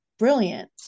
brilliant